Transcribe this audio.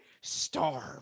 Starve